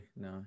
No